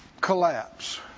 collapse